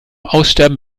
aussterben